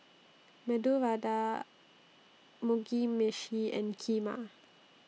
Medu Vada Mugi Meshi and Kheema